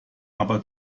aber